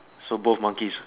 so both monkeys